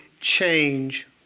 change